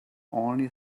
only